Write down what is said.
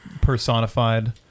personified